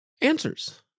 answers